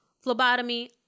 phlebotomy